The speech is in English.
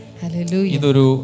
hallelujah